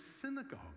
synagogue